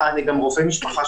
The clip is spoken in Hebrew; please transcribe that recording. השני?